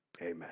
Amen